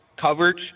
coverage